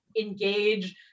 engage